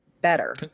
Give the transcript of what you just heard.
better